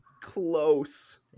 close